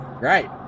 Right